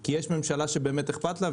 כי יש ממשלה שבאמת אכפת לה,